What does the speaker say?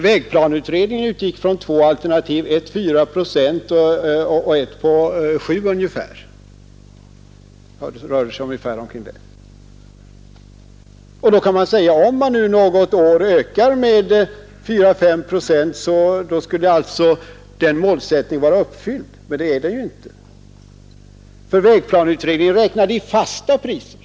Vägplaneutredningen utgick från två alternativ — ett på 4 procent och ett på 5 procent. Då kan man kanske tycka, att om man under något år ökade kostnaderna med 4—5 procent, skulle alltså den målsättningen vara uppfylld. Men det är den inte, eftersom vägplaneutredningen räknar i fasta priser.